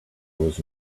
was